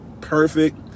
perfect